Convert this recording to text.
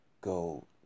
go